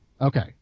Okay